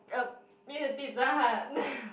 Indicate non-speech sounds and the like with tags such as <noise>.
uh Pi~ Pizza Hut <breath>